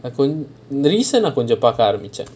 recent ah கொஞ்சம் பாக்க ஆரம்பிச்சேன்:konjam paaka aarambichaen